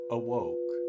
awoke